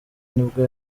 nibwo